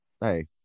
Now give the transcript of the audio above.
hey